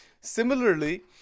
Similarly